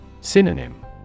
Synonym